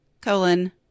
Colon